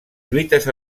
lluites